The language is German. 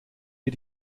dir